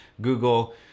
Google